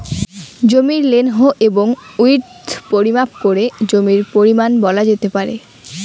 জমির লেন্থ এবং উইড্থ পরিমাপ করে জমির পরিমান বলা যেতে পারে